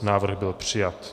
Návrh byl přijat.